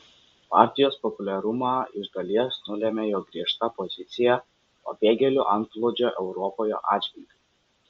partijos populiarumą iš dalies nulėmė jo griežta pozicija pabėgėlių antplūdžio europoje atžvilgiu